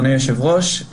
אדוני היושב-ראש,